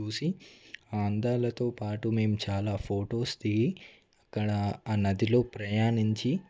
చూసి ఆ అందాలతో పాటు మేము చాలా ఫొటోస్ దిగి అక్కడ ఆ నదిలో ప్రయాణించి